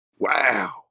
Wow